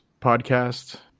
podcast